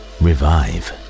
revive